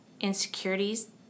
insecurities